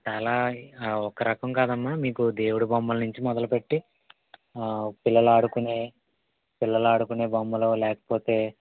చాలా ఒక రకం కాదమ్మ మీకు దేవుడి బొమ్మల నుంచి మొదలుపెట్టి పిల్లలు ఆడుకునే పిల్లలు ఆడుకునే బొమ్మలు లేకపోతే మీ